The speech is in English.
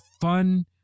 fun